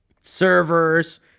servers